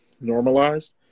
normalized